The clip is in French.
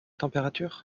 température